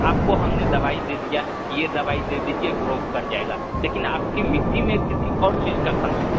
आपको हमने दवाई दे दिया कि ये दवाई दे दीजिए ग्रोथ कर जाएगा लेकिन आपकी मिट्टी में किसी और चीज का कमी